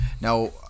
Now